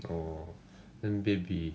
orh 跟别人比